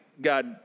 God